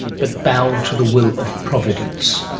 but bow to the will of providence,